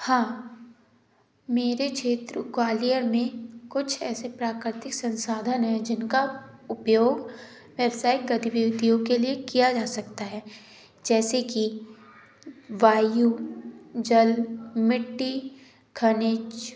हाँ मेरे क्षेत्र ग्वालियर में कुछ ऐसे प्राकृतिक संसाधन है जिनका उपयोग व्यावसायिक गतिविधियों के लिए किया जा सकता है जैसे कि वायु जल मिट्टी खनिज़